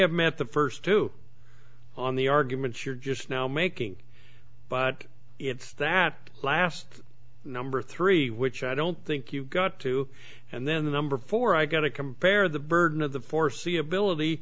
have met the first two on the arguments you're just now making but it's that last number three which i don't think you've got two and then the number four i got to compare the burden of the foreseeability